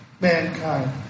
mankind